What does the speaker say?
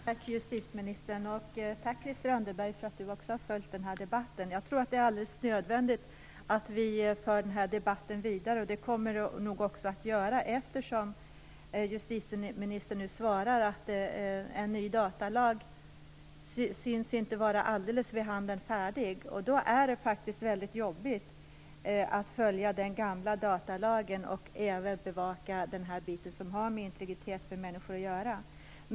Fru talman! Jag tackar justitieministern. Jag tackar också Christel Anderberg för att hon deltagit i den här debatten. Jag tror att det är nödvändigt att vi för debatten vidare. Det kommer vi nog också att göra, eftersom justitieministern nu svarade att en ny datalag inte syns vara alldeles vid handen färdig. Då är det väldigt jobbigt att följa den gamla datalagen och även bevaka det som har med människors integritet att göra.